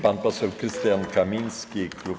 Pan poseł Krystian Kamiński, klub